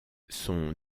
son